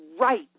right